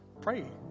pray